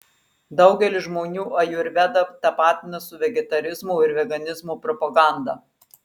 daugelis žmonių ajurvedą tapatina su vegetarizmo ir veganizmo propaganda